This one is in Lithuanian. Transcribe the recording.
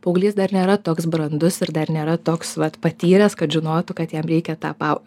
paauglys dar nėra toks brandus ir dar nėra toks vat patyręs kad žinotų kad jam reikia tą pau